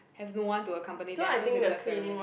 have no one to accompany them cause they don't have parents